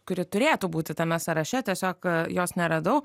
kuri turėtų būti tame sąraše tiesiog jos neradau